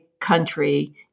country